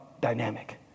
dynamic